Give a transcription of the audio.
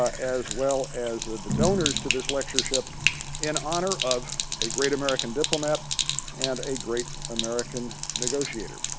ah as well as the donors to this lectureship in honor of a great american diplomat and a great american negotiator.